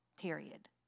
period